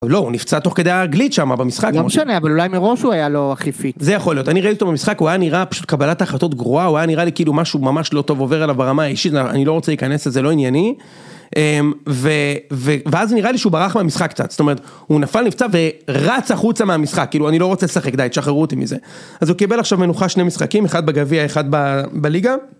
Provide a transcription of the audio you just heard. לא, הוא נפצע תוך כדי האנגלית שם במשחק. לא משנה, אבל אולי מראש הוא היה לא הכי פיקס. זה יכול להיות, אני ראיתי אותו במשחק, הוא היה נראה פשוט, קבלת החלטות גרועה, הוא היה נראה לי כאילו משהו ממש לא טוב עובר עליו ברמה האישית, אני לא רוצה להיכנס לזה, זה לא ענייני. ואז נראה לי שהוא ברח מהמשחק קצת, זאת אומרת, הוא נפל, נפצע ורץ החוצה מהמשחק, כאילו אני לא רוצה לשחק די, תשחררו אותי מזה. אז הוא קיבל עכשיו מנוחה שני משחקים, אחד בגביע, אחד בליגה.